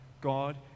God